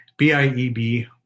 BIEB